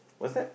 whats that